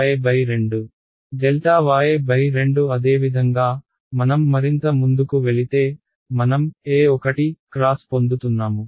y2 అదేవిధంగా మనం మరింత ముందుకు వెళితే మనం x పొందుతున్నాము